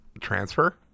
transfer